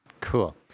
cool